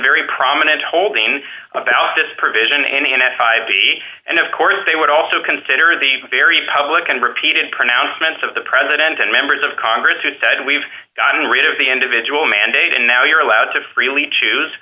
very prominent holding about this provision and n f i b and of course they would also consider the very public and repeated pronouncements of the president and members of congress who said we've gotten rid of the individual mandate and now you're allowed to freely choose